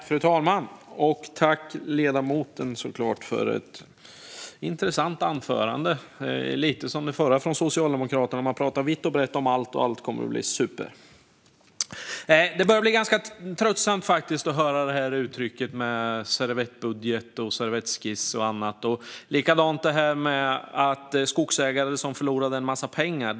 Fru talman! Jag tackar ledamoten för ett intressant anförande. Det påminde om det tidigare från Socialdemokraterna, alltså att de talar vitt och brett om allt och att allt kommer att bli superbra. Det börjar faktiskt bli ganska tröttsamt att höra uttryck som servettbudget, servettskiss och annat. Detsamma gäller att skogsägare förlorade en massa pengar.